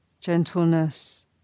gentleness